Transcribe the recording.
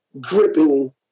gripping